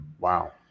Wow